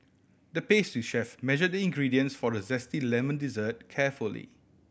the pastry chef measured the ingredients for a zesty lemon dessert carefully